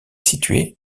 situé